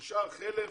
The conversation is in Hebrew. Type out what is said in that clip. נשאר חלף,